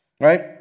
right